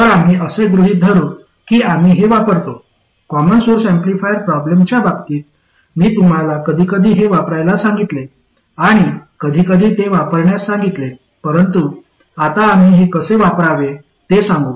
तर आम्ही असे गृहीत धरू की आम्ही हे वापरतो कॉमन सोर्स ऍम्प्लिफायर प्रॉब्लेमच्या बाबतीत मी तुम्हाला कधी कधी हे वापरायला सांगितले आणि कधीकधी ते वापरण्यास सांगितले परंतु आता आम्ही हे कसे वापरावे ते सांगू